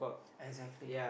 exactly